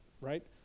right